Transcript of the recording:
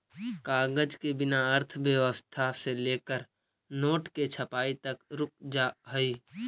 कागज के बिना अर्थव्यवस्था से लेकर नोट के छपाई तक रुक जा हई